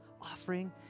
Offering